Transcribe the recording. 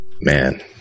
man